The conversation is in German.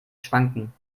schwanken